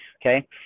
okay